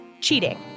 Cheating